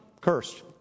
Cursed